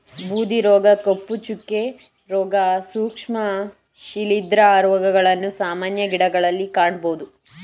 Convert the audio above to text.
ಬೂದಿ ರೋಗ, ಕಪ್ಪು ಚುಕ್ಕೆ, ರೋಗ, ಸೂಕ್ಷ್ಮ ಶಿಲಿಂದ್ರ ರೋಗಗಳನ್ನು ಸಾಮಾನ್ಯ ಗಿಡಗಳಲ್ಲಿ ಕಾಣಬೋದು